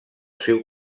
seu